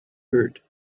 heard